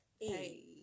Hey